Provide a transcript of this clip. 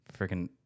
Freaking